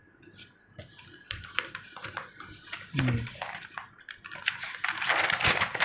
mm